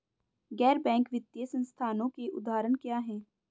गैर बैंक वित्तीय संस्थानों के उदाहरण क्या हैं?